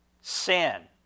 sin